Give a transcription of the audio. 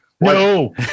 No